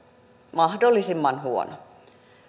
mahdollisimman huono